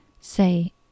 Say